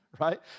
right